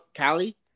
Callie